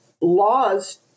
laws